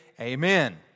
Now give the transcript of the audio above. amen